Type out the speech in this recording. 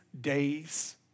days